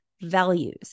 values